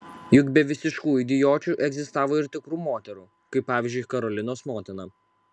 juk be visiškų idiočių egzistavo ir tikrų moterų kaip pavyzdžiui karolinos motina